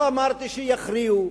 לא אמרתי שיכריעו.